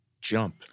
jump